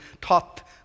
taught